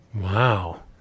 Wow